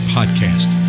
Podcast